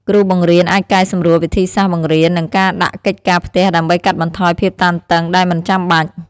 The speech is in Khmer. គ្រូបង្រៀនអាចកែសម្រួលវិធីសាស្ត្របង្រៀននិងការដាក់កិច្ចការផ្ទះដើម្បីកាត់បន្ថយភាពតានតឹងដែលមិនចាំបាច់។